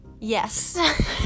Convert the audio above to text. Yes